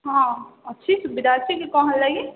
ହଁ ଅଛି ସୁବିଧା ଅଛି କି କ'ଣ ହେଲା କି